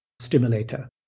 stimulator